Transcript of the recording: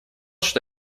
что